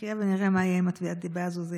נחיה ונראה מה יהיה עם תביעת הדיבה הזאת.